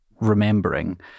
remembering